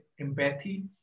empathy